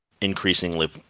increasingly